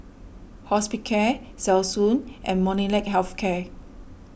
Hospicare Selsun and Molnylcke Health Care